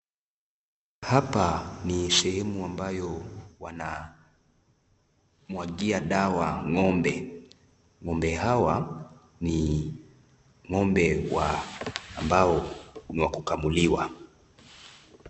Hapa ni sehemu ambayo wanamwagia dawa ng'ombe. Ng'ombe hawa ni ng'ombe ambao ni wa kukamuliwa.